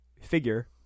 figure